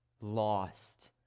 lost